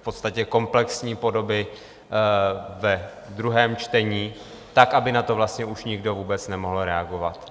v podstatě komplexní podoby ve druhém čtení, aby na to vlastně už nikdo vůbec nemohl reagovat.